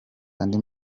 andi